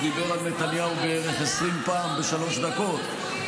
הוא דיבר על נתניהו בערך 20 פעם בשלוש דקות,